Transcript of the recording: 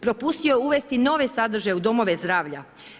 Propustio uvesti nove sadržaje u domove zdravlja.